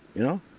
you know,